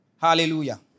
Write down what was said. Hallelujah